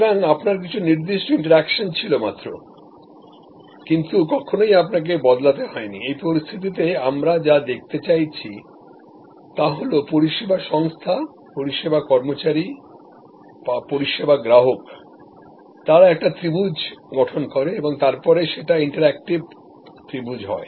সুতরাং আপনারকিছু নির্দিষ্ট ইন্টারকশনছিল মাত্র কিন্তু কখনোই আপনাকে বদলাতে হয়নি এই পরিস্থিতিতে আমরা যা দেখতে চাইছি তা হল পরিষেবা সংস্থা পরিষেবা কর্মচারী পরিষেবা গ্রাহক তারা একটি ত্রিভুজ গঠন করে এবং তারপরে সেটা ইন্টারেক্টিভ ত্রিভুজ হয়